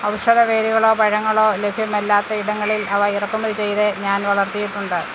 ഔഷധ വേരുകളോ പഴങ്ങളോ ലഭ്യമല്ലാത്തയിടങ്ങളിൽ അവ ഇറക്കുമതി ചെയ്ത് ഞാൻ വളർത്തിയിട്ടുണ്ട്